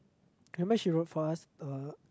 remember she wrote for us uh